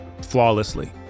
flawlessly